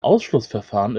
ausschlussverfahren